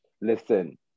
Listen